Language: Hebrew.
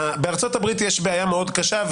בארצות הברית יש בעיה מאוד קשה,